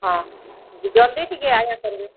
ହଁ ଜଲ୍ଦି ଟିକେ ଆଜ୍ଞା କର୍ବେ